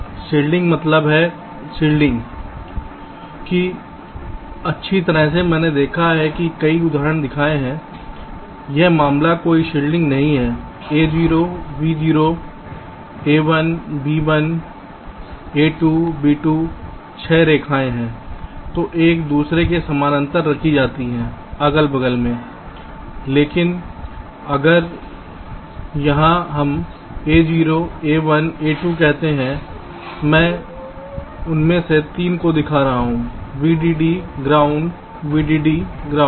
shielding महत्वपूर्ण है shielding कहता है कि अच्छी तरह से मैंने देखा है मैंने कई उदाहरण दिखाए हैं यह मामला कोई शिल्डिंग नहीं है a0 b0 a1 b1 a2 b2 6 रेखाएं हैं जो एक दूसरे के समानांतर रखी जाती हैं अगल बगल में लेकिन यहाँ हम a0 a1 a2 कहते हैं मैं उनमें से 3 दिखा रहा हूँ VDD ग्राउंड VDD ग्राउंड